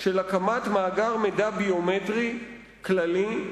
של הקמת מאגר מידע ביומטרי כללי,